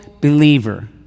believer